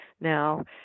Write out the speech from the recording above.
now